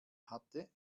hatte